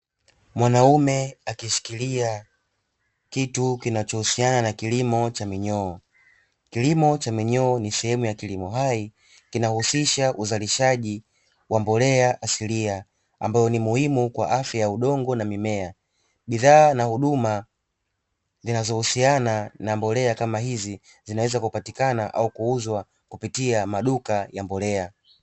Mwanaume akishikilia kitu kinacho husiana na kilimo cha minyoo, kilimo cha minyoo ni sehemu ya kilimo hai kihusisha uzalishaji wa mbolea asilia ambayo ni muhimu kwa afya ya udongo na mimea, bidhaa na huduma zinazohusiana na mbolea kama hizi zinaweza kupatikana au kuuzwa kupitia maduka ya mbolea.